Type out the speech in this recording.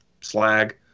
slag